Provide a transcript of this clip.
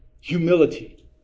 Humility